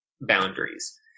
boundaries